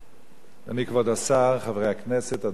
אדוני היושב-ראש,